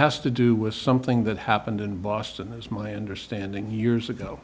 has to do with something that happened in boston is my understanding years ago